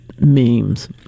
memes